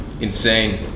insane